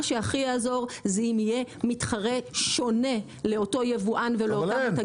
מה שהכי יעזור זה אם יהיה מתחרה שונה לאותו יבואן ולאותם מותגים.